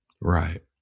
Right